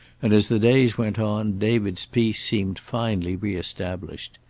and as the days went on david's peace seemed finally re-established.